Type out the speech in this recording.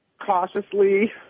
cautiously